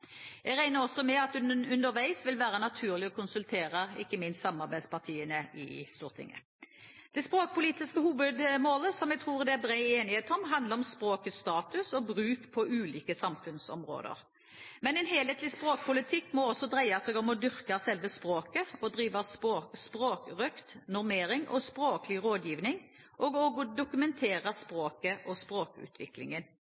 Jeg regner også med at det underveis vil være naturlig å konsultere ikke minst samarbeidspartiene i Stortinget. Det språkpolitiske hovedmålet, som jeg tror det er bred enighet om, handler om språkets status og bruk på ulike samfunnsområder. Men en helhetlig språkpolitikk må også dreie seg om å dyrke selve språket, å drive språkrøkt, normering og språklig rådgivning, og å dokumentere